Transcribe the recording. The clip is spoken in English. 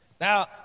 Now